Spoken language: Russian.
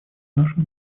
нашей